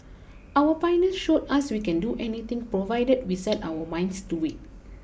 our pioneers showed as we can do anything provided we set our minds to it